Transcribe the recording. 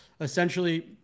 essentially